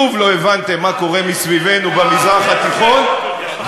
שוב לא הבנתם מה קורה סביבנו במזרח התיכון,